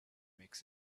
makes